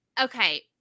okay